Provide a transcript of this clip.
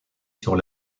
sur